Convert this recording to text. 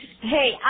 Hey